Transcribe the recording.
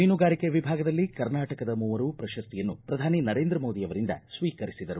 ಮೀನುಗಾರಿಕೆ ವಿಭಾಗದಲ್ಲಿ ಕರ್ನಾಟಕದ ಮೂವರು ಪ್ರಶಸ್ತಿಯನ್ನು ಪ್ರಧಾನಿ ನರೇಂದ್ರ ಮೋದಿ ಅವರಿಂದ ಸ್ವೀಕರಿಸಿದರು